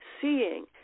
seeing